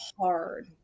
hard